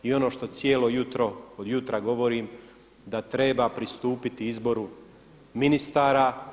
I ono što cijelo jutro od jutra govorim da treba pristupiti izboru ministara.